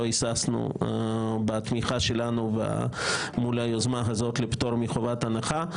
היססנו בתמיכה שלנו מול היוזמה הזאת לפטור מחובת הנחה.